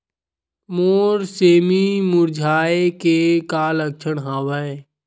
मोर सेमी मुरझाये के का लक्षण हवय?